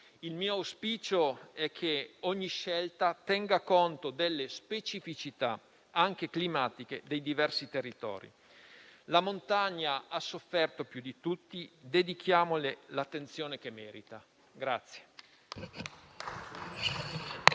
il mio auspicio è che ogni scelta tenga conto delle specificità, anche climatiche, dei diversi territori. La montagna ha sofferto più di tutti, dedichiamole l'attenzione che merita.